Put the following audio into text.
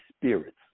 spirits